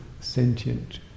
sentient